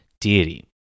deity